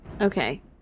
Okay